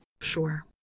Sure